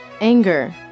Anger